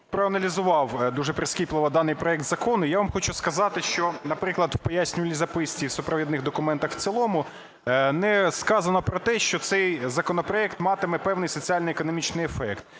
і проаналізував дуже прискіпливо даний проект закону. Я вам хочу сказати, що, наприклад, в пояснювальній записці, супровідних документах в цілому не сказано про те, що цей законопроект матиме певний соціально-економічний ефект.